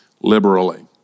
liberally